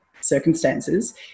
circumstances